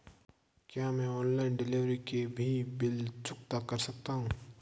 क्या मैं online delivery के भी बिल चुकता कर सकता हूँ?